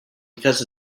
because